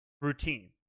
routine